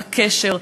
בקשר,